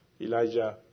Elijah